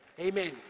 Amen